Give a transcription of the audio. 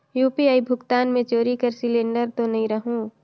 UPI भुगतान मे चोरी कर सिलिंडर तो नइ रहु?